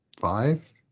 five